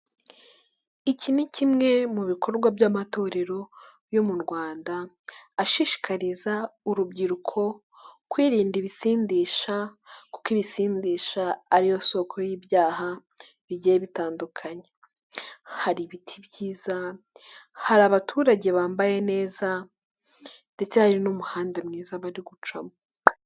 Iki ni kimwe mu bikorwa by'amatorero yo mu Rwanda, ashishikariza urubyiruko kwirinda ibisindisha kuko ibisindisha ari yo soko y'ibyaha bigiye bitandukanye, hari ibiti byiza, hari abaturage bambaye neza ndetse hari n'umuhanda mwiza bari gucamo.